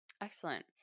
Excellent